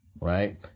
right